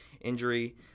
injury